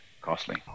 costly